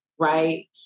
Right